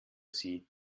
sie